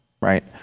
right